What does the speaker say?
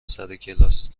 سرکلاس